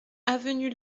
avenue